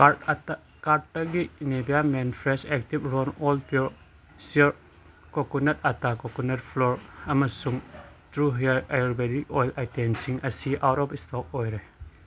card ꯀꯥꯔꯠꯇꯒꯤ ꯅꯤꯕꯤꯌꯥ ꯃꯦꯟ fresh active role on pure sure coconut ꯑꯥꯇꯥ ꯀꯣꯀꯣꯅꯠ ꯐ꯭ꯂꯣꯔ ꯑꯃꯁꯨꯡ ꯇ꯭ꯔꯨ ꯍꯤꯌꯥꯔ ꯑꯌꯨꯔꯕꯦꯗꯤꯛ ꯑꯣꯏꯜ ꯑꯥꯏꯇꯦꯝꯁꯤꯡ ꯑꯁꯤ ꯑꯥꯎꯠ ꯑꯣꯐ ꯏꯁꯇꯣꯛ ꯑꯣꯏꯔꯦ